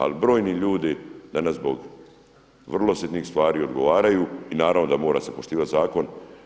Ali brojni ljudi danas zbog vrlo sitnih stvari odgovaraju i naravno da mora se poštivat zakon.